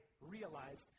realized